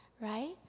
Right